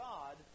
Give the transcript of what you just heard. God